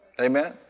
Amen